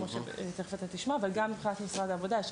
כמו שתכף אתם תשמעו אבל גם מבחינת משרד העבודה.